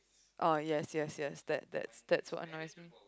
oh yes yes yes that that's that's what annoys me